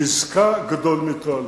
נזקה גדול מתועלתה.